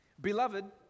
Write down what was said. Beloved